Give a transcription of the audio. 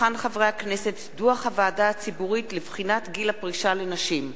דוח הוועדה הציבורית לבחינת גיל הפרישה לנשים.